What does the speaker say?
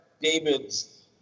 David's